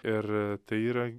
ir tai yra